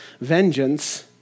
vengeance